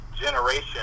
generation